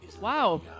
Wow